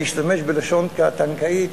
אני משתמש בלשון ה"טנקאית"